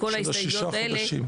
גם לכל ההסתייגות האלה.